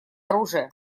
оружия